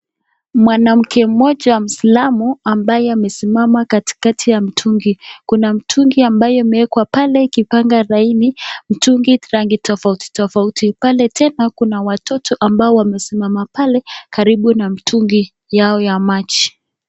Mwanamke mmoja Muislam ambaye amesimama katikati ya mtungi. Kuna mtungi ambaye imeekwa pale ikipanga laini, mtungi rangi tofauti tofauti. Pale tena kuna watoto ambao wamesimama pale karibu na mtungi yao ya maji.